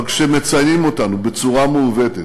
אבל כשמציינים אותנו בצורה מעוותת,